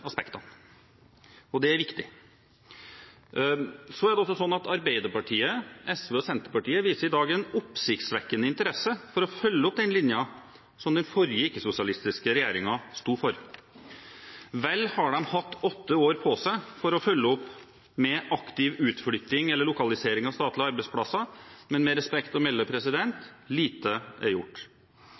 aspektene, og det er viktig. Så er det også slik at Arbeiderpartiet, SV og Senterpartiet i dag viser en oppsiktsvekkende interesse for å følge opp den linjen som den forrige ikke-sosialistiske regjeringen sto for. Vel har de hatt åtte år på seg for å følge opp med aktiv utflytting eller lokalisering av statlige arbeidsplasser, men med respekt å melde: Lite er gjort.